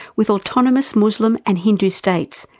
with autonomous muslim and hindu states,